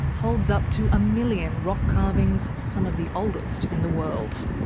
holds up to a million rock carvings, some of the oldest in the world.